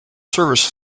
service